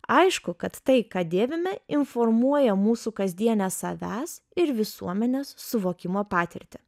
aišku kad tai ką dėvime informuoja mūsų kasdienę savęs ir visuomenės suvokimo patirtį